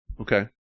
Okay